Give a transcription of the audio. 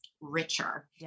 richer